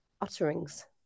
utterings